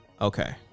Okay